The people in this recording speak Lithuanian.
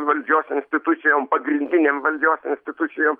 valdžios institucijom pagrindinėm valdžios institucijom